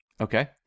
Okay